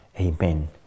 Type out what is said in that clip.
Amen